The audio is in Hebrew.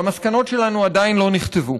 והמסקנות שלנו עדיין לא נכתבו,